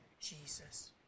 Jesus